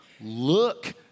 Look